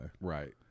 Right